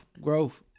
growth